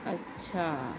اچھا